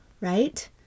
right